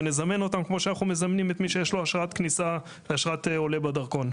ונזמן אותם כמו שאנחנו מזמנים את מי שיש לו אשרת עולה בדרכון.